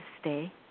stay